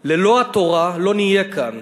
ללא התורה לא נהיה כאן.